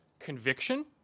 Conviction